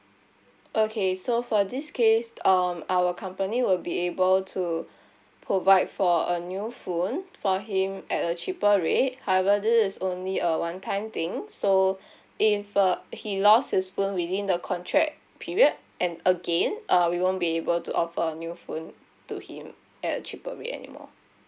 okay so for this case um our company will be able to provide for a new phone for him at a cheaper rate however this is only a one time thing so if uh he lost his phone within the contract period and again uh we won't be able to offer a new phone to him at a cheaper rate anymore